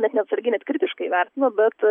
net neatsargiai net kritiškai vertino bet